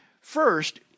First